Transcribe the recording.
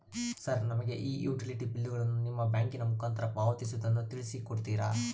Sir ನಮಗೆ ಈ utility ಬಿಲ್ಲುಗಳನ್ನು ನಿಮ್ಮ ಬ್ಯಾಂಕಿನ ಮುಖಾಂತರ ಪಾವತಿಸುವುದನ್ನು ತಿಳಿಸಿ ಕೊಡ್ತೇರಾ?